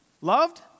loved